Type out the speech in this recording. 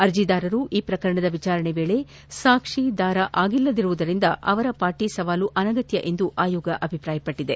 ಅರ್ಜಿದಾರರು ಈ ಪ್ರಕರಣದ ವಿಚಾರಣೆ ವೇಳೆ ಸಾಕ್ಷಿದಾರ ಆಗಿಲ್ಲದಿರುವುದರಿಂದ ಅವರ ಪಾಟ ಸವಾಲು ಅನಗತ್ಯ ಎಂದು ಆಯೋಗ ಅಭಿಪ್ರಾಯಪಟ್ಟಿದೆ